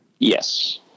Yes